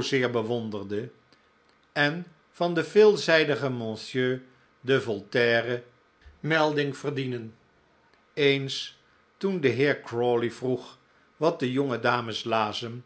zeer bewonderde en van den veelzijdigen monsieur de voltaire melding verdienen eens toen de heer crawley vroeg watde jonge dames lazen